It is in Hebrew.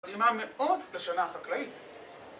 מתאימה מאוד לשנה החקלאית